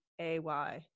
AY